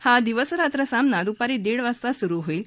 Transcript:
हा दिवसरात्र सामना दुपारी दीड वाजता सुरु होईल